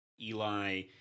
Eli